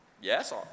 Yes